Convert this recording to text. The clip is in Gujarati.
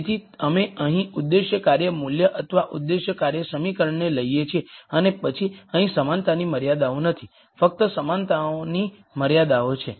તેથી અમે અહીં ઉદ્દેશ્ય કાર્ય મૂલ્ય અથવા ઉદ્દેશ્ય કાર્ય સમીકરણને લઈએ છીએ અને પછી અહીં સમાનતાની મર્યાદાઓ નથી ફક્ત અસમાનતાની મર્યાદાઓ છે